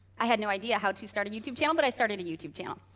i had no idea how to start a youtube channel, but i started a youtube channel.